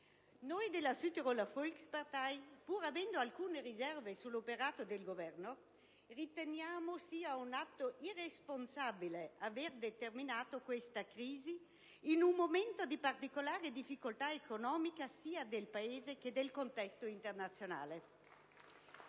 Noi della Südtiroler Volkspartei, pur avendo alcune riserve sull'operato del Governo, riteniamo sia un atto irresponsabile aver determinato questa crisi in un momento di particolare difficoltà economica sia del Paese che del contesto internazionale.